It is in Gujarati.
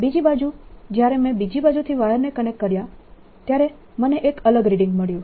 બીજી બાજુ જ્યારે મેં બીજી બાજુથી વાયરને કનેક્ટ કર્યા ત્યારે મને એક અલગ રીડિંગ મળ્યું